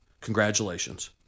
Congratulations